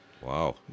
Wow